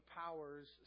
powers